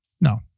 No